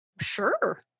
Sure